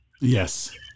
Yes